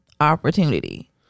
opportunity